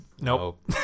Nope